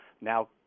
now